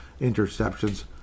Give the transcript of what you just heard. interceptions